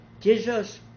Jesus